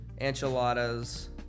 enchiladas